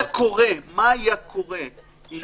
זאת אומרת, מה היה קורה אם בכנסת